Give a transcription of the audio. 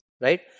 Right